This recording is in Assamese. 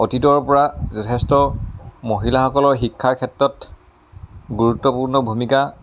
অতীতৰপৰা যথেষ্ট মহিলাসকলৰ শিক্ষাৰ ক্ষেত্ৰত গুৰুত্বপূৰ্ণ ভূমিকা